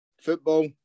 football